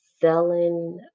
Selling